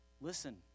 Listen